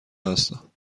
هستم